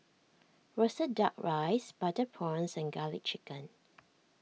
Roasted Duck Rice Butter Prawns and Garlic Chicken